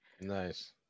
Nice